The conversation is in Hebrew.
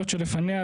זאת שלפניה,